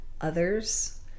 others